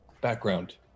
background